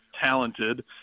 talented